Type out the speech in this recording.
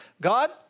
God